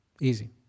Easy